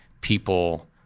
people